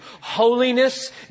Holiness